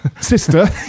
Sister